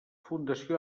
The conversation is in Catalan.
fundació